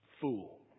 Fool